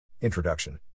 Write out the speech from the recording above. Introduction